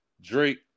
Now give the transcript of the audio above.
Drake